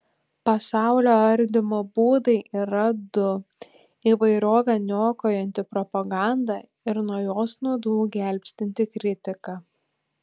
pasaulio ardymo būdai yra du įvairovę niokojanti propaganda ir nuo jos nuodų gelbstinti kritika